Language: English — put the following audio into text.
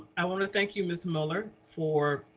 i wanna thank you ms. muller for,